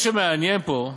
מה שמעניין פה,